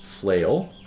Flail